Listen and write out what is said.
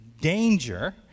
danger